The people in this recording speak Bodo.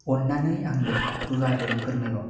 अन्नानै आंनो गुवारै फोरमायबाव